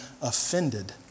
offended